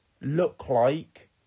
look-like